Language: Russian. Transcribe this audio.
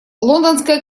лондонская